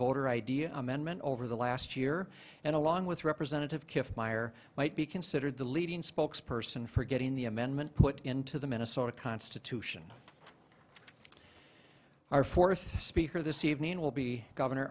voter id amendment over the last year and along with representative kiff meyer might be considered the leading spokes person for getting the amendment put into the minnesota constitution our fourth speaker this evening will be governor